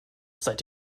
seid